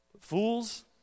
fools